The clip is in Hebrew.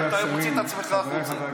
אתה מוציא את עצמך החוצה.